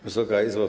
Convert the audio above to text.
Wysoka Izbo!